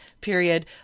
period